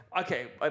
okay